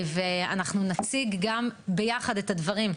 אנחנו נציג ביחד את הדברים.